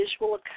visual